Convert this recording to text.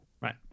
Right